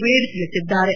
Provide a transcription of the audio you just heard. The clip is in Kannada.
ವೇಡ್ ತಿಳಿಸಿದ್ದಾರೆ